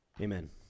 Amen